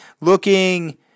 looking